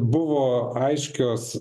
buvo aiškios